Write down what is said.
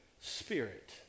Spirit